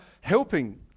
helping